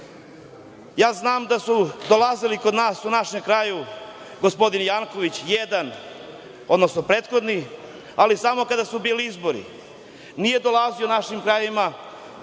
Ja znam da su dolazili kod nas u naš kraj, gospodin Janković jedan, odnosno prethodni ali samo kada su bili izbori. Nije dolazio u naše krajeve kada